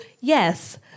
yes